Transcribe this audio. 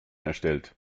erstellt